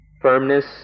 firmness